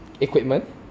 equipment